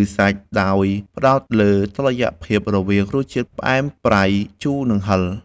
ឬសាច់ ដោយផ្ដោតលើតុល្យភាពរវាងរសជាតិផ្អែម ប្រៃ ជូរ និងហឹរ។